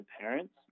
parents